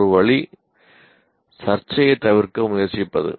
ஒரு வழி சர்ச்சையைத் தவிர்க்க முயற்சிப்பது